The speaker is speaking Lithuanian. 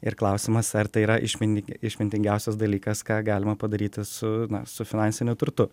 ir klausimas ar tai yra išmingin išmintingiausias dalykas ką galima padaryti su na su finansiniu turtu